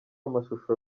amashusho